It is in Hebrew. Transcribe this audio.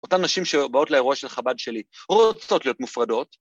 ‫אותן נשים שבאות לאירוע של חב"ד שלי ‫רוצות להיות מופרדות.